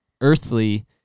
earthly